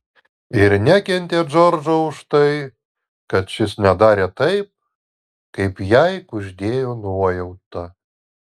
ir nekentė džordžo už tai kad šis nedarė taip kaip jai kuždėjo nuojauta